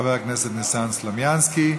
חוק ומשפט חבר הכנסת ניסן סלומינסקי.